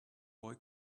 boy